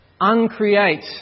uncreate